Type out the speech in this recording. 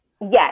Yes